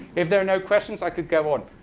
if there are no questions, i could go on.